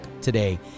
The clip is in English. today